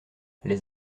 les